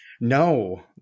No